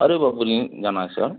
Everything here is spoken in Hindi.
अरे बबूरियें जाना है सर